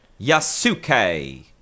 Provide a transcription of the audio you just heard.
Yasuke